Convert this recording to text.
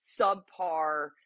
subpar